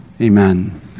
Amen